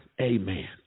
amen